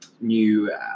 new